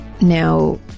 Now